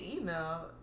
email